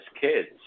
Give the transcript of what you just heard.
kids